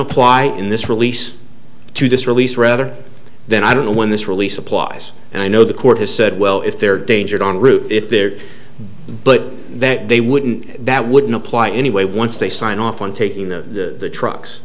apply in this release to this release rather then i don't know when this release applies and i know the court has said well if there are dangers on route if there but that they wouldn't that would not apply anyway once they sign off on taking the